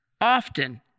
often